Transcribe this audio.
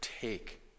take